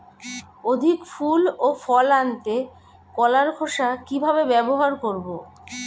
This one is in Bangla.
অধিক ফুল ও ফল আনতে কলার খোসা কিভাবে ব্যবহার করব?